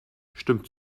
stimmt